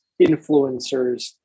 influencers